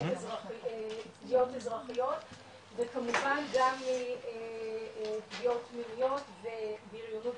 פגיעות אזרחיות וכמובן גם פגיעות מיניות ובריונות,